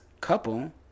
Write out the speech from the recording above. couple